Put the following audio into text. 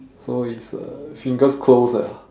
so his uh fingers close ah